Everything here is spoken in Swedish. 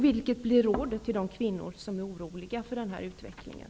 Vilket blir rådet till de kvinnor som är oroliga för den här utvecklingen?